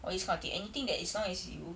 all these kind of thing anything that as long as you